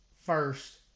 first